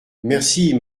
merci